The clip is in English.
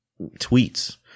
tweets